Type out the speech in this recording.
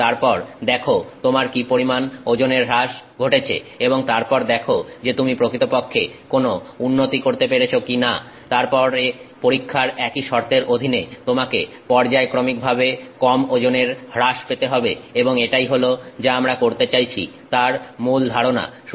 এবং তারপর দেখো তোমার কি পরিমাণ ওজনের হ্রাস ঘটেছে এবং তারপর দেখো যে তুমি প্রকৃতপক্ষে কোনো উন্নতি করতে পেরেছো কিনা তারপরে পরীক্ষার একই শর্তের অধীনে তোমাকে পর্যায়ক্রমিকভাবে কম ওজনের হ্রাস পেতে হবে এবং এটাই হল যা আমরা করতে চাইছি তার মূল ধারণা